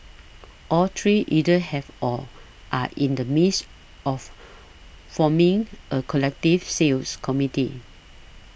all three either have or are in the midst of forming a collective sales committee